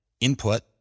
input